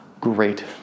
Great